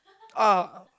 ah